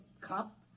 cop